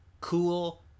cool